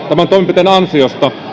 tämän toimenpiteen ansiosta